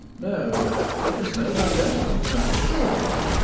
no, goodness knows, i don't understand at all